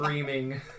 screaming